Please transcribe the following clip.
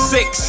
Six